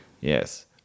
Yes